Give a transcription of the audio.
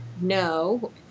no